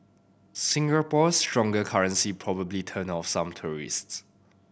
Singapore's stronger currency probably turned off some tourists